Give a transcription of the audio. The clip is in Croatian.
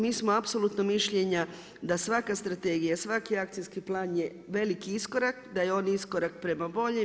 Mi smo apsolutno mišljenja da svaka strategija, svaki akcijski plan je veliki iskorak, da je on iskorak prema boljem.